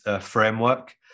framework